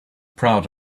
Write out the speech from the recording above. proud